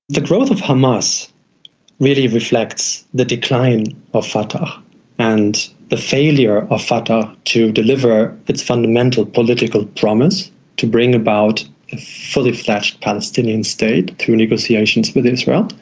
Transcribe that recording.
the growth of hamas really reflects the decline of fatah and the failure of fatah to deliver its fundamental political promise to bring about a fully fledged palestinian state through negotiations with israel.